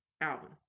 album